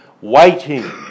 waiting